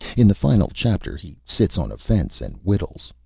in the final chapter he sits on a fence and whittles.